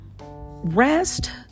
rest